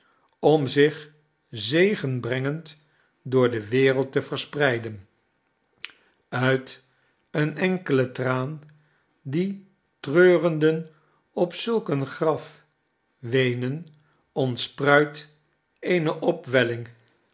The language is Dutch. om zich zegenbrengend door de wereld te verspreiden uit een enkelen traan dien treurenden op zulk een graf weenen ontspruit eene opwelling